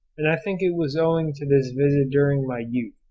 and i think it was owing to this visit during my youth,